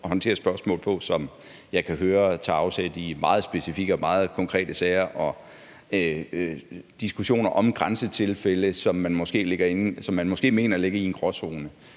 håndtere spørgsmålet på, som jeg kan høre tager afsæt i meget specifikke og meget konkrete sager og diskussioner om grænsetilfælde, som man måske mener ligger i en gråzone.